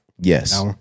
Yes